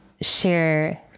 share